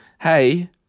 hey